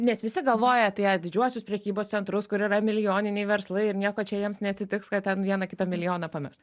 nes visi galvoja apie didžiuosius prekybos centrus kur yra milijoniniai verslai ir nieko čia jiems neatsitiks kad ten vieną kitą milijoną pames